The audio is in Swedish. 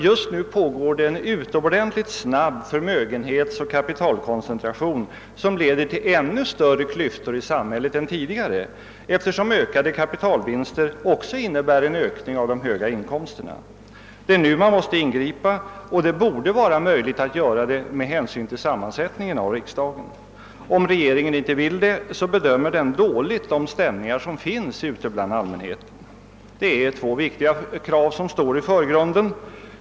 Just nu pågår en utomordentligt snabb förmögenhetsoch kapitalkoncentration som leder till ännu större klyftor i samhället än tidigare, eftersom ökade kapitalvinster också innebär en ökning av de höga inkomsterna. Det är nu man måste ingripa, och det borde vara möjligt att göra det med hänsyn till sammansättningen av riksdagen. Om regeringen inte vill det, bedömer den dåligt de stämningar som finns ute bland allmänheten. Det är två viktiga krav som står i förgrunden.